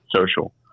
social